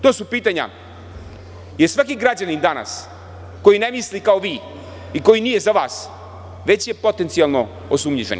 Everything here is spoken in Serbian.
To su pitanja i svaki građanin danas koji ne misli kao vi i koji nije za vas, već je potencijalno osumnjičeni.